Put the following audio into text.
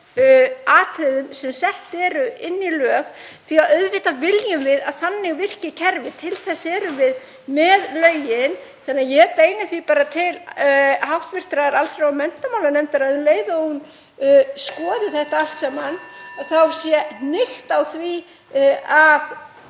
atriðum sem sett eru inn í lög, því að auðvitað viljum við að þannig virki kerfið. Til þess erum við með lögin. Þannig að ég beini því bara til hv. allsherjar- og menntamálanefndar að um leið og hún skoðar þetta allt saman sé hnykkt á því að